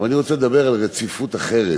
אבל אני רוצה לדבר על רציפות אחרת,